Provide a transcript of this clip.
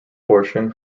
portion